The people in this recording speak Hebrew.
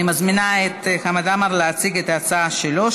אני מזמינה את חבר הכנסת חמד עמאר להציג את ההצעה שלו,